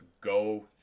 go